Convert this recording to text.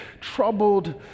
troubled